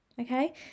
okay